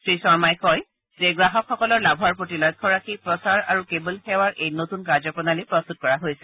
শ্ৰী শৰ্মহি কয় যে গ্ৰাহকসকলৰ লাভৰ প্ৰতি লক্ষ্য ৰাখি প্ৰচাৰ আৰু কেবল সেৱাৰ এই নতুন কাৰ্যপ্ৰণালী প্ৰস্তুত কৰা হৈছে